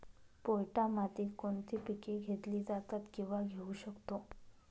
पोयटा मातीत कोणती पिके घेतली जातात, किंवा घेऊ शकतो?